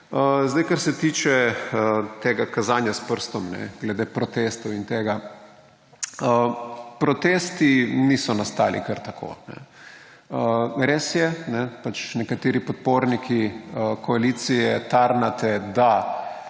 okolja. Kar se tiče tega kazanja s prstom glede protestov in tega. Protesti niso nastali kar tako. Res je, nekateri podporniki koalicije tarnate, da